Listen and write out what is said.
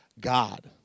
God